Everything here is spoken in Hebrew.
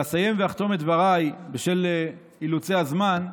ואסיים ואחתום את דבריי, בשל אילוצי הזמן,